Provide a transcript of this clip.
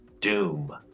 Doom